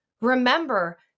remember